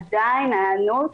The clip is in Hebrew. עדיין ההיענות,